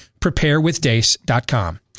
preparewithdace.com